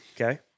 Okay